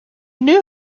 knew